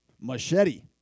Machete